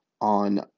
on